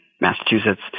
Massachusetts